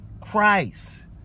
Christ